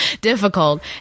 difficult